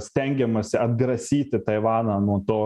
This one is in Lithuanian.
stengiamasi atgrasyti taivaną nuo to